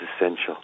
essential